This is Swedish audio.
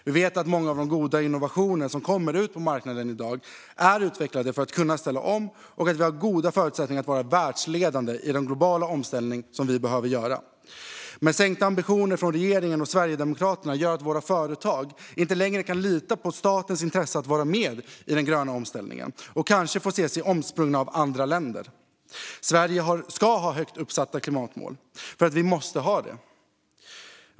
Vi vet att många av de goda innovationer som kommer ut på marknaden i dag är utvecklade för att vi ska kunna ställa om och att vi har goda förutsättningar att vara världsledande i den globala omställning som behöver göras. Men sänkta ambitioner från regeringen och Sverigedemokraterna gör att våra företag inte längre kan lita på statens intresse av att vara med i den gröna omställningen och kanske får se sig omsprungna av andra länder. Sverige ska ha högt uppsatta klimatmål därför att vi måste ha det.